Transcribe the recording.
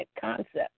concept